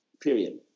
period